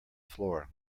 floor